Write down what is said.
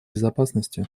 безопасности